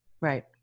right